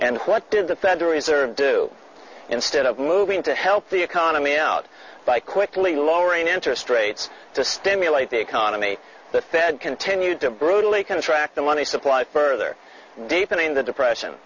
and what did the federal reserve do instead of moving to help the economy out by quickly lowering interest rates to stimulate the economy the fed continued to brutally contract the money supply further deepening the depression